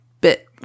bit